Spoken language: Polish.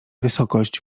wysokość